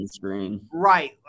right